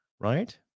right